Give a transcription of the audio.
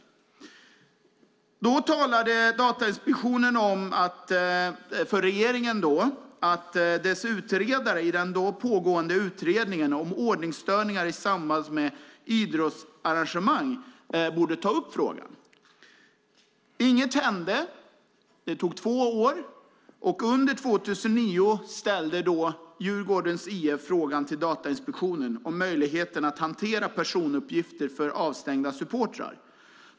Då talade Datainspektionen om för regeringen att dess utredare borde ta upp frågan i den pågående utredningen om ordningsstörningar i samband med idrottsarrangemang. Inget hände. Det gick två år, och under 2009 ställde Djurgårdens IF frågan till Datainspektionen om möjligheten att hantera personuppgifter för avstängda supportrar.